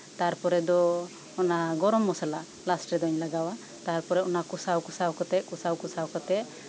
ᱛᱟᱨᱯᱚᱨᱮ ᱫᱚ ᱚᱱᱟ ᱜᱚᱨᱚᱢ ᱢᱚᱥᱞᱟ ᱞᱟᱥᱴ ᱨᱮᱫᱩᱧ ᱞᱟᱜᱟᱣᱟ ᱛᱟᱨᱯᱚᱨᱮ ᱚᱱᱟ ᱠᱚᱥᱟᱣᱼᱠᱚᱥᱟᱣ ᱠᱟᱛᱮ ᱠᱚᱥᱟᱣ ᱠᱚᱥᱟᱣ ᱠᱟᱛᱮ